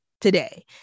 today